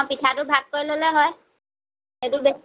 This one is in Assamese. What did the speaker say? পিঠাটো ভাগ কৰি ল'লেই হ'ল সেইতো বেছি